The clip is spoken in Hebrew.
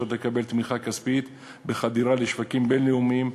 לקבל תמיכה כספית בחדירה לשווקים בין-לאומיים,